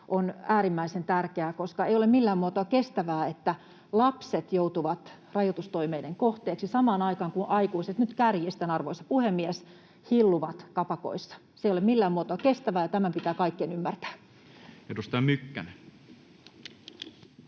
on äärimmäisen tärkeää, koska ei ole millään muotoa kestävää, että lapset joutuvat rajoitustoimien kohteeksi samaan aikaan, kun aikuiset — nyt kärjistän, arvoisa puhemies — hilluvat kapakoissa. Se ei ole millään muotoa kestävää, ja tämä pitää kaikkien ymmärtää. [Speech